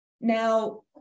Now